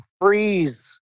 freeze